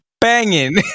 banging